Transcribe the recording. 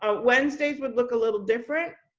ah wednesdays would look a little different.